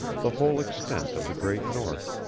the whole extent of the great north,